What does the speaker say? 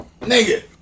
Nigga